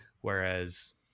Whereas